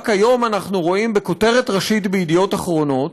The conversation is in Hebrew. רק היום אנחנו רואים כותרת ראשית ב"ידיעות אחרונות"